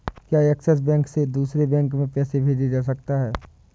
क्या Axis bank से दूसरे बैंक में पैसे भेजे जा सकता हैं?